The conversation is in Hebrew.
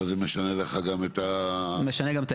אבל זה משנה לך גם את העניין התקציבי,